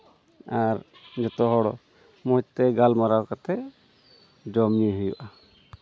ᱟᱨ ᱡᱚᱛᱚ ᱦᱚᱲ ᱢᱚᱡᱽᱛᱮ ᱜᱟᱞᱢᱟᱨᱟᱣ ᱠᱟᱛᱮᱫ ᱡᱚᱢ ᱧᱩᱭ ᱦᱩᱭᱩᱜᱼᱟ